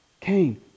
Cain